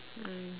mm